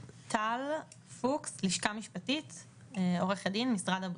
אני מהלשכה המשפטית במשרד הבריאות.